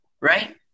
Right